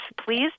Please